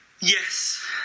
Yes